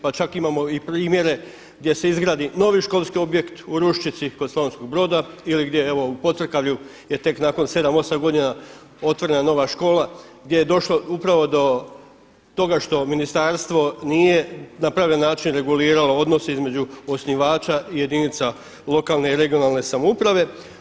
Pa čak imamo i primjere gdje se izgradi novi školski objekt u Ruščici kod Slavonskog Broda ili gdje u Pocrkavlju je tek nakon 7, 8 godina otvorena nova škola gdje je došlo upravo do toga što ministarstvo na pravi način reguliralo odnos između osnivača i jedinica lokalne i regionalne samouprave.